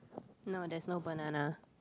no there's no banana